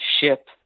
ship